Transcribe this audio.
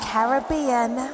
Caribbean